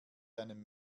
einem